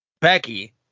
Becky